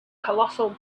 colossal